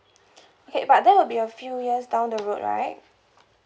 okay but that will be a few years down the road right